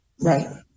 Right